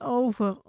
over